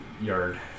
yard